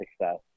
success